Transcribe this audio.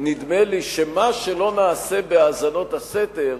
נדמה לי שמה שלא נעשה בהאזנות הסתר,